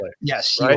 Yes